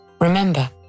Remember